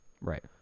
Right